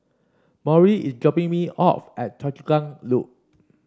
Maury is dropping me off at Choa Chu Kang Loop